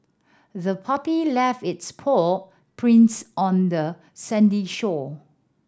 the puppy left its paw prints on the sandy shore